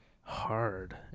hard